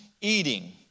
eating